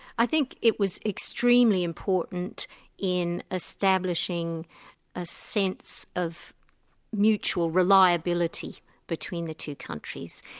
i think it was extremely important in establishing a sense of mutual reliability between the two countries.